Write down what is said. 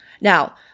Now